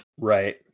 Right